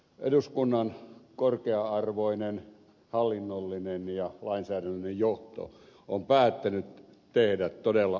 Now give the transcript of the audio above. eduskunnan korkea arvoinen hallinnollinen ja lainsäädännöllinen johto on päättänyt tehdä todella mahtavan näytelmän